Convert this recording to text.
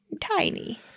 tiny